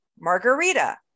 Margarita